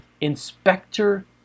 Inspector